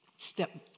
step